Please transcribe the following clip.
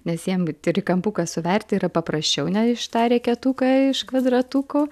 nes jiem trikampuką suverti yra paprasčiau ne iš tą reketuką iš kvadratukų